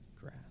grass